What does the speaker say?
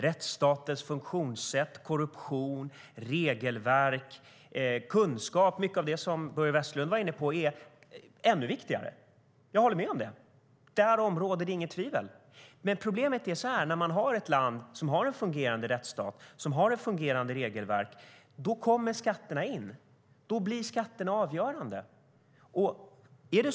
Rättsstatens funktionssätt, korruption, regelverk och kunskap - mycket av det som Börje Vestlund var inne på - är ännu viktigare. Jag håller med om det. Därom råder inget tvivel. Problemet är att när ett land är en fungerande rättsstat som har ett fungerande regelverk kommer skatterna in. Då blir skatterna avgörande.